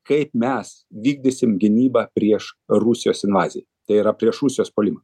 kaip mes vykdysim gynybą prieš rusijos invaziją tai yra prieš rusijos puolimą